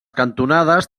cantonades